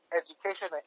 education